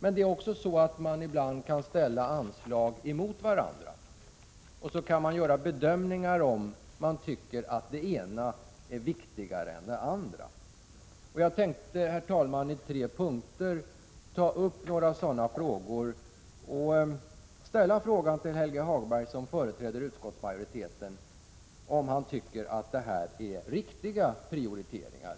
Men det är också så att man ibland kan ställa anslag mot varandra och göra bedömningar huruvida man tycker det ena är viktigare än det andra. Herr talman! Jag tänkte i tre punkter ta upp några sådana frågor. Jag vill också till Helge Hagberg, som företräder utskottsmajoriteten, ställa frågan om han tycker att det är riktiga prioriteringar